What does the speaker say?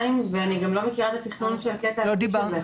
ואני גם לא מכירה את התכנון של הקטע כביש הזה.